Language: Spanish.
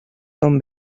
son